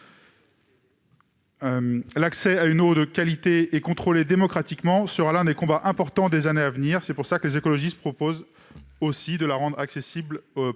L'accès à une eau de qualité contrôlée démocratiquement sera l'un des combats importants des années à venir. C'est pourquoi les écologistes proposent également de rendre l'eau